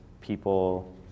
people